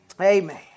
Amen